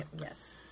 yes